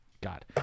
God